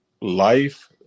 life